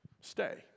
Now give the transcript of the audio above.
stay